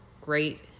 great